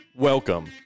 Welcome